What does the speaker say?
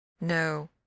No